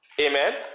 Amen